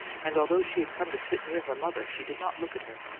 and although she had come to sit near her mother, she did not look at her.